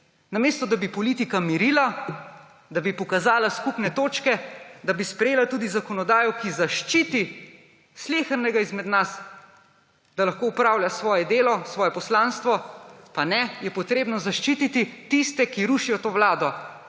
Namesto da bi politika mirila, da bi pokazala skupne točke, da bi sprejela tudi zakonodajo, ki zaščiti slehernega izmed nas, da lahko opravlja svoje delo, svoje poslanstvo – ne, potrebno je zaščititi tiste, ki rušijo to vlado.